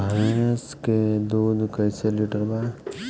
भैंस के दूध कईसे लीटर बा?